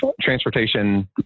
transportation